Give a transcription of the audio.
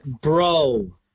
bro